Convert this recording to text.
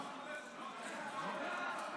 לך.